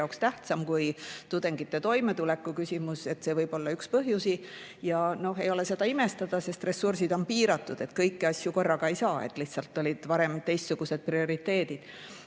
jaoks tähtsam kui tudengite toimetuleku küsimus. See võib olla üks põhjusi. Ja noh, ei ole imestada, sest ressursid on piiratud, kõiki asju korraga ei saa. Varem olid lihtsalt teistsugused prioriteedid.